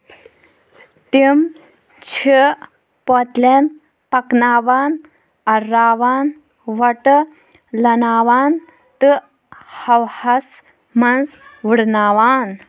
تِم چھِ پوتلین پکناوان ، الراوان ، ووٹہٕ لناوان تہٕ ہوہس منٛز وٕڑناوان